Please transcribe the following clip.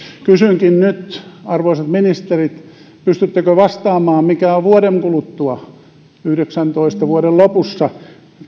kysynkin nyt arvoisat ministerit pystyttekö vastaamaan mikä on vuoden kuluttua vuoden kaksituhattayhdeksäntoista lopussa